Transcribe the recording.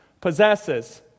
possesses